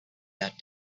that